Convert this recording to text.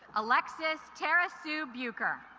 alexis terasu buker